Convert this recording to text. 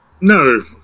No